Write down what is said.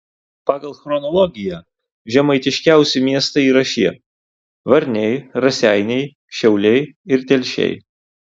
pagal chronologiją žemaitiškiausi miestai yra šie varniai raseiniai šiauliai ir telšiai